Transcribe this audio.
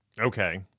Okay